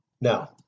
Now